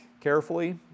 carefully